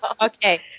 okay